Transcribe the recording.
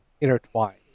intertwined